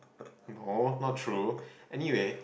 no not true anyway